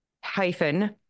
hyphen